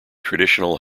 traditional